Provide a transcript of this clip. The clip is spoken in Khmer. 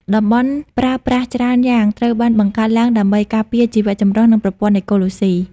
តំបន់ប្រើប្រាស់ច្រើនយ៉ាង ត្រូវបានបង្កើតឡើងដើម្បីការពារជីវៈចម្រុះ និងប្រព័ន្ធអេកូឡូស៊ី។